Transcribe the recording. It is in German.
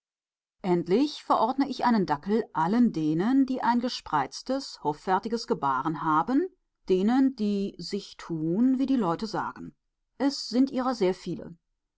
endlich verordne ich einen dackel allen denen die ein gespreiztes hoffärtiges gebaren haben denen die sich tun wie die leute sagen es sind ihrer sehr viele